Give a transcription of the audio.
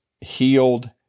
healed